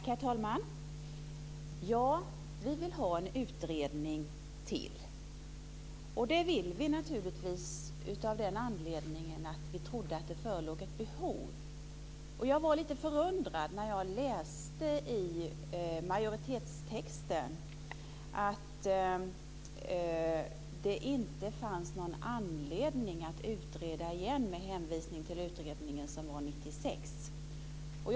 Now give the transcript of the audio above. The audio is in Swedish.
Herr talman! Ja, vi vill ha en utredning till. Det vill vi naturligtvis av den anledningen att vi tror att det föreligger ett behov. Jag var lite förundrad när jag läste i majoritetstexten att det inte fanns någon anledning att utreda igen med hänvisning till utredningen som var 1996.